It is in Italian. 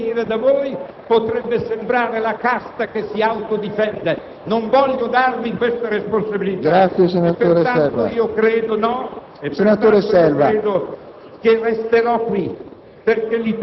perché se un'assoluzione dovesse venire da voi potrebbe sembrare la casta che si autodifende. Non voglio darvi questa responsabilità.